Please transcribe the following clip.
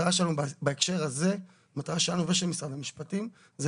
המטרה שלנו ושל משרד המשפטים בהקשר הזה היא